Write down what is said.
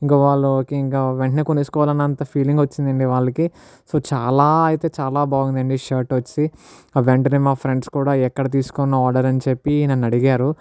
ఇంక వాళ్ళకి ఇంక వెంటనే కొనుకోవాలి అన్నంత ఫీలింగ్ వచ్చింది అండి వాళ్ళకి సో చాలా అయితే చాలా బాగుందండి షర్ట్ వచ్చి వెంటనే మా ఫ్రెండ్స్ కూడా ఎక్కడ తీసుకున్నావు ఆర్డర్ అని చెప్పి నన్ను అడిగారు